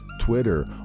Twitter